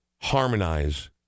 harmonize